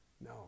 No